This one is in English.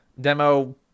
demo